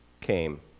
came